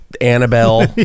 Annabelle